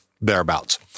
thereabouts